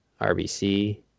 rbc